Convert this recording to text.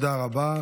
תודה רבה.